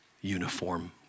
uniform